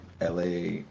LA